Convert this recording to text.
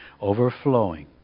overflowing